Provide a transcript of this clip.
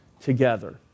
together